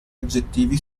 aggettivi